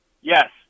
Yes